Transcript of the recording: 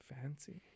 fancy